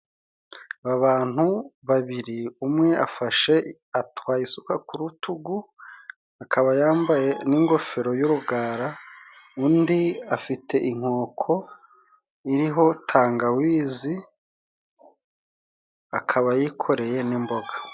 Abantu babiri umwe afashe atwaye isuka ku rutugu, akaba yambaye n'ingofero y'urugara, undi afite inkoko iriho tangawizi akaba yikoreye n'imboga.